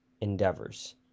Endeavors